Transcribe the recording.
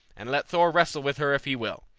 and let thor wrestle with her if he will.